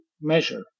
measure